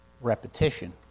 repetition